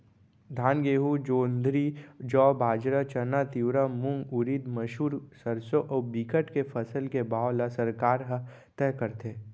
धान, गहूँ, जोंधरी, जौ, बाजरा, चना, तिंवरा, मूंग, उरिद, मसूर, सरसो अउ बिकट के फसल के भाव ल सरकार ह तय करथे